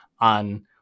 on